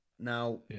Now